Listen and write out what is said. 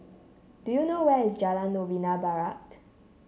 do you know where is Jalan Novena Barat